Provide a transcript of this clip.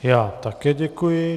Já také děkuji.